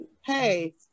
hey